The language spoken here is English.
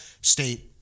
state